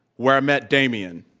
where i met damien